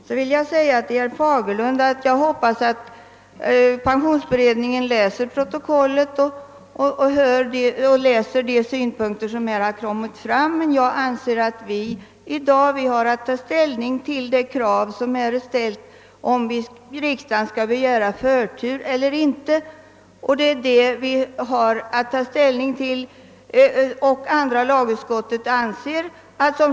Till herr Fagerlund vill jag säga att jag hoppas att pensionsförsäkringskommittén läser protokollet och tar del av de synpunkter som kommit fram. Jag anser att vi i dag har att ta ställning till det krav som ställts om att riksdagen skall begära förtur för en utredning beträffande änkepension för dem, vilkas män avlidit före den 1 juli 1960.